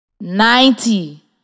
ninety